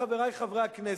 חברי חברי הכנסת,